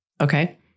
Okay